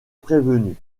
prévenue